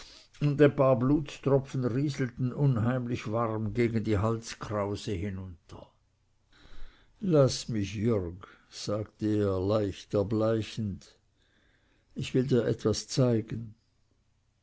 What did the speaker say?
und ein paar blutstropfen rieselten unheimlich warm gegen die halskrause herunter laß mich jürg sagte er leicht erbleichend ich will dir etwas zeigen